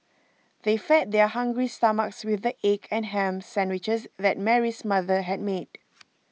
they fed their hungry stomachs with the egg and ham sandwiches that Mary's mother had made